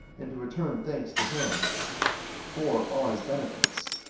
and to return thanks to him for all his benefits,